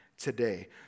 Today